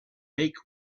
make